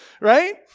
Right